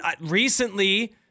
recently